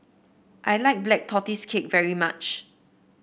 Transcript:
I like Black Tortoise Cake very much